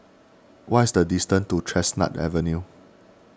what is the distance to Chestnut Avenue